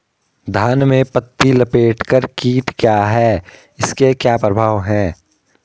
धान में पत्ती लपेटक कीट क्या है इसके क्या प्रभाव हैं?